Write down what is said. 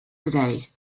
today